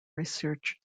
research